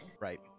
Right